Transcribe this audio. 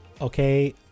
Okay